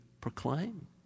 proclaim